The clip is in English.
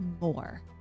more